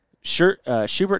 Schubert